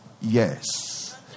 Yes